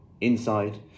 Inside